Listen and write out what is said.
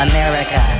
America